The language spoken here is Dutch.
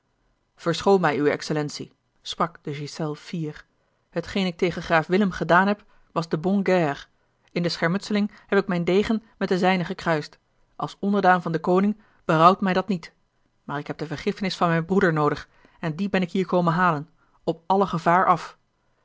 verschoon mij uwe excellentie sprak de ghiselles fier hetgeen ik tegen graaf willem gedaan heb was de bonne guerre in de schermutseling heb ik mijn degen met den zijnen gekruist als onderdaan van den koning berouwt mij dat niet maar ik heb de vergiffenis van mijn broeder noodig en die ben ik hier komen halen op alle gevaar af